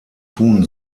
tun